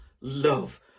love